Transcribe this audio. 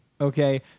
Okay